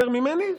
יותר ממני?